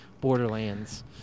Borderlands